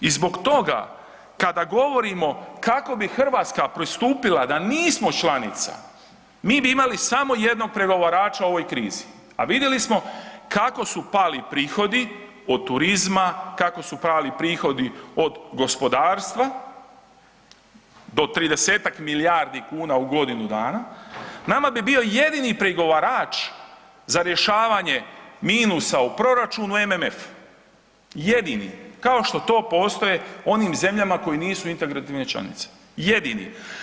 I zbog toga kada govorimo kako bi Hrvatska postupila da nismo članica, mi bi imali samo jednog pregovarača u ovoj krizi, a vidjeli smo kako su pali prihodi od turizma, kako su pali prihodi gospodarstva do 30-ak milijardi kuna u godinu dana, nama bi bio jedini pregovarač za rješavanje minusa u proračunu MMF, jedini, kao što postoji u onim zemljama koje nisu integrativne članice, jedini.